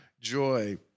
joy